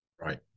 Right